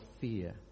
fear